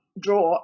draw